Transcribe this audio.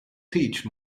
teach